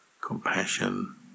compassion